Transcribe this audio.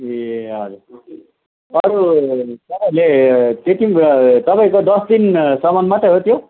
ए हजुर अरू तपईँहरूले त्यँतिन तपाईँको दस दिनसम्म मात्रै हो त्यो